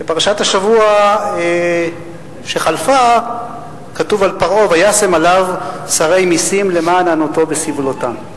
בפרשת השבוע שחלף כתוב על פרעה: וישם עליו שרי מסים למען ענותו בסבלותם.